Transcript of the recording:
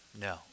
No